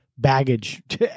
baggage